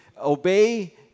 obey